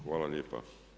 Hvala lijepa.